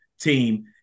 team